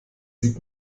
sieht